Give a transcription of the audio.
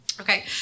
Okay